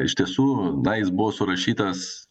iš tiesų na jis buvo surašytas